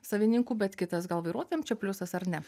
savininkų bet kitas gal vairuotojam čia pliusas ar ne